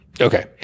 Okay